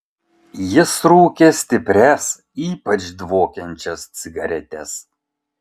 jis rūkė stiprias ypač dvokiančias cigaretes